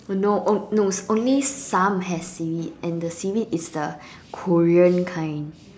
the no oh no only some has seaweed and the seaweed is the Korean kind